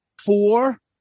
four